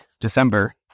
December